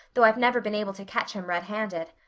though i've never been able to catch him red-handed.